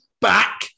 back